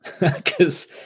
because-